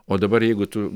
o dabar jeigu tu